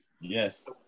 yes